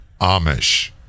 Amish